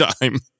time